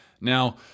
Now